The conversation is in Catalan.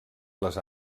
les